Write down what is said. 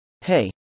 Hey